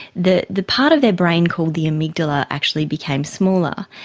the the part of their brain called the amygdala actually became smaller.